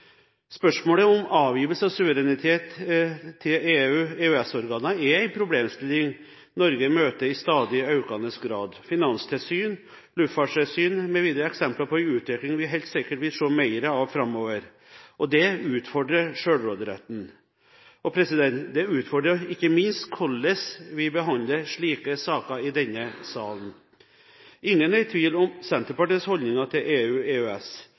Spørsmålet om avgivelse av suverenitet til EU og EØS-organer er en problemstilling Norge møter i stadig økende grad. Finanstilsyn og luftfartstilsyn mv. er eksempler på en utvikling vi helt sikkert vil se mer av framover. Det utfordrer selvråderetten, og det utfordrer ikke minst hvordan vi behandler slike saker i denne sal. Ingen er i tvil om Senterpartiets holdninger til EU og EØS.